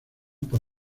por